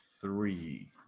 three